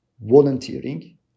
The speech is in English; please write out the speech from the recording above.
volunteering